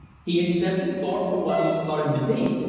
he accepted thorpe for what he thought him to be,